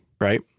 Right